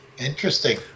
Interesting